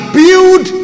build